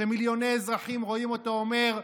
שמיליוני אזרחים רואים אותו אומר: